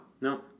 No